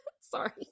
Sorry